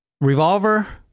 revolver